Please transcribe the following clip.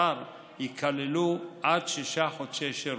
משוחרר ייכללו עד שישה חודשי שירות,